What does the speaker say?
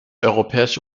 europäische